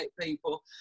people